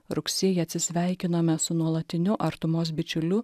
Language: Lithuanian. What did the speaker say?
rugsėjį atsisveikinome su nuolatiniu artumos bičiuliu